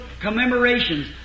commemorations